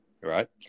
right